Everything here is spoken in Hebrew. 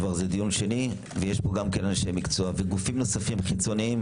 זה דיון שני ויש פה אנשי מקצוע וגופים נוספים חיצוניים